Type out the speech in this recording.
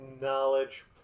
knowledge